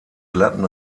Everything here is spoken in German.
glatten